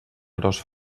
gros